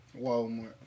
Walmart